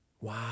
Wow